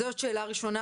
זאת שאלה ראשונה.